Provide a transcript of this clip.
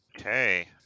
Okay